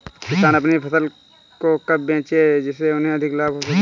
किसान अपनी फसल को कब बेचे जिसे उन्हें अधिक लाभ हो सके?